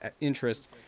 interest